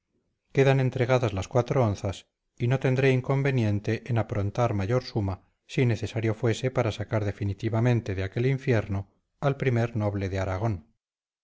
quedan entregadas las cuatro onzas y no tendré inconveniente en aprontar mayor suma si necesario fuese para sacar definitivamente de aquel infierno al primer noble de aragón